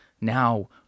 now